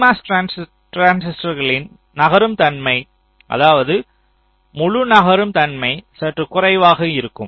pMOS டிரான்சிஸ்டர்களின் நகரும் தன்மை அதாவது முழு நகரும் தன்மை சற்று குறைவாக இருக்கும்